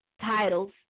titles